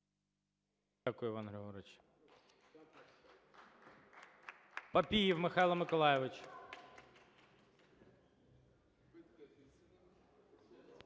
Дякую, Іван Григорович. Папієв Михайло Миколайович.